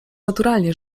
naturalnie